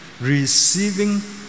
Receiving